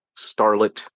starlet